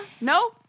No